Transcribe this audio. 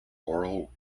oral